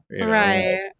Right